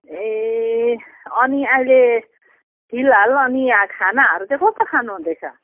ए अनि अहिले फिलहाल अनि खानाहरू चाहिँ कस्तो खानुहुँदैछ